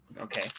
Okay